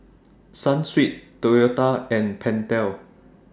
Sunsweet Toyota and Pentel